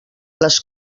les